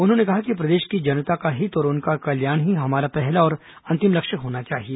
उन्होंने कहा कि प्रदेश की जनता का हित और उनका कल्याण ही हमारा पहला और अंतिम लक्ष्य होना चाहिए